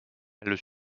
elle